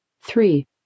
Three